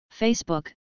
Facebook